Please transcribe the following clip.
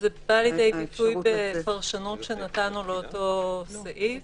זה בא לידי ביטוי בפרשנות שנתנו לאותו סעיף